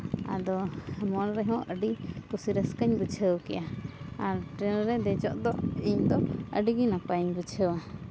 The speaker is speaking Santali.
ᱟᱫᱚ ᱢᱚᱱ ᱨᱮᱦᱚᱸ ᱟᱹᱰᱤ ᱠᱩᱥᱤ ᱨᱟᱹᱥᱠᱟᱹᱧ ᱵᱩᱡᱷᱟᱹᱣ ᱠᱮᱜᱼᱟ ᱟᱨ ᱴᱨᱮᱱ ᱫᱚ ᱫᱮᱡᱚᱜ ᱫᱚ ᱤᱧᱫᱚ ᱟᱹᱰᱤᱜᱮ ᱱᱟᱯᱟᱭᱤᱧ ᱵᱩᱡᱷᱟᱹᱣᱟ